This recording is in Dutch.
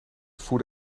voer